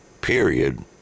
period